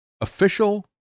official